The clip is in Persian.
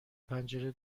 پنجره